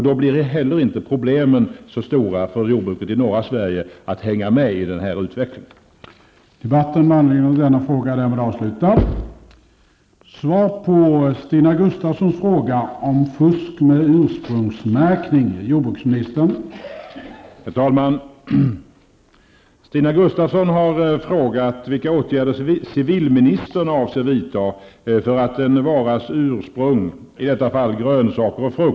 Då blir dessutom problemen för jordbruket i norra Sverige med att hänga med i denna utveckling inte så stora.